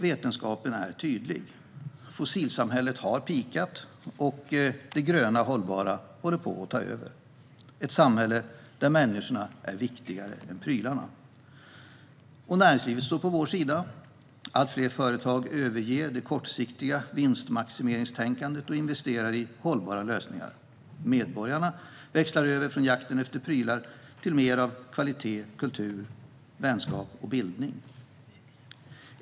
Vetenskapen är tydlig: Fossilsamhället har peakat och det gröna hållbara håller på att ta över. Vi går mot ett samhälle där människorna är viktigare än prylarna. Näringslivet står på vår sida, och allt fler företag överger det kortsiktiga vinstmaximeringstänkandet och investerar i hållbara lösningar. Medborgarna växlar över från jakten efter prylar till mer av kvalitet, kultur, vänskap och bildning.